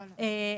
זה.